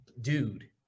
dude